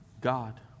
God